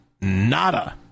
nada